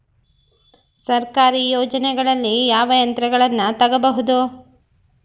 ಸರ್ಕಾರಿ ಯೋಜನೆಗಳಲ್ಲಿ ಯಾವ ಯಂತ್ರಗಳನ್ನ ತಗಬಹುದು?